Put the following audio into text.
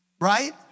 right